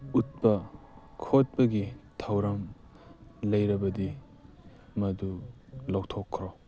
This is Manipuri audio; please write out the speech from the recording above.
ꯎꯠꯄ ꯈꯣꯠꯄꯒꯤ ꯊꯧꯔꯝ ꯂꯩꯔꯕꯗꯤ ꯃꯗꯨ ꯂꯧꯊꯣꯛꯈ꯭ꯔꯣ